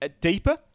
deeper